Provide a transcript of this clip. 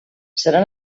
serà